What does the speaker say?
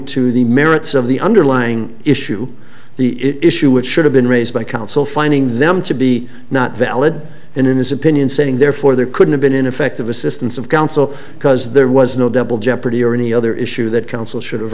to the merits of the underlying issue the issue which should have been raised by counsel finding them to be not valid and in his opinion saying therefore there couldn't have been ineffective assistance of counsel because there was no double jeopardy or any other issue that counsel should